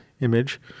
image